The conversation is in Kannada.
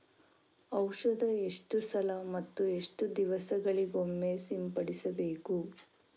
ಔಷಧ ಎಷ್ಟು ಸಲ ಮತ್ತು ಎಷ್ಟು ದಿವಸಗಳಿಗೊಮ್ಮೆ ಸಿಂಪಡಿಸಬೇಕು?